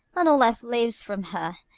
and all life lives from her